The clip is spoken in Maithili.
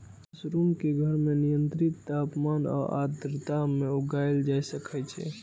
मशरूम कें घर मे नियंत्रित तापमान आ आर्द्रता मे उगाएल जा सकै छै